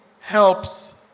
helps